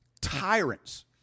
tyrants